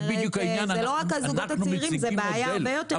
אלה לא רק הזוגות הצעירים, זו בעיה יותר רחבה.